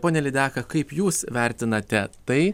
pone lydeka kaip jūs vertinate tai